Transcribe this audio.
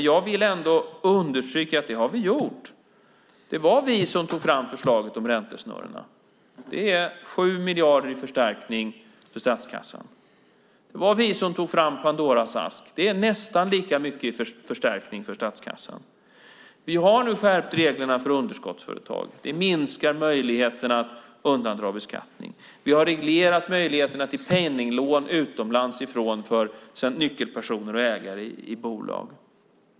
Jag vill understryka att vi har gjort det. Det var vi som tog fram förslaget om räntesnurrorna. Det är 7 miljarder i förstärkning för statskassan. Det var vi som tog fram Pandoras ask. Det är nästan lika mycket i förstärkning för statskassan. Vi har skärpt reglerna för underskottsföretag. Det minskar möjligheten att undandra sig beskattning. Vi har reglerat möjligheten till penninglån utomlands ifrån för nyckelpersoner och ägare i bolag.